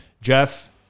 Jeff